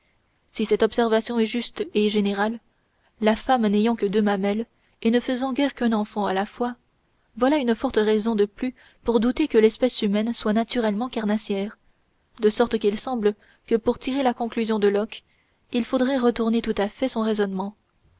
si cette observation est juste et générale la femme n'ayant que deux mamelles et ne faisant guère qu'un enfant à la fois voilà une forte raison de plus pour douter que l'espèce humaine soit naturellement carnassière de sorte qu'il semble que pour tirer la conclusion de locke il faudrait retourner tout à fait son raisonnement